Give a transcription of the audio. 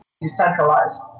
decentralized